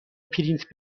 پرینت